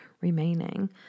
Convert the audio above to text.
remaining